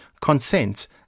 consent